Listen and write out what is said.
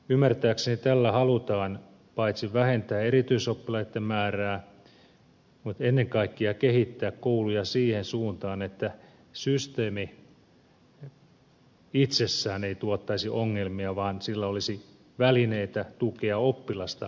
ymmärtääkseni tällä halutaan paitsi vähentää erityisoppilaitten määrää ennen kaikkea kehittää kouluja siihen suuntaan että systeemi itsessään ei tuottaisi ongelmia vaan sillä olisi välineitä tukea oppilasta tarvittavin keinoin